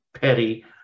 petty